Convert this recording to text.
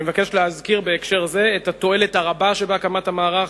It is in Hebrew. אני מבקש להזכיר בהקשר זה את התועלת הרבה שבהקמת המערך.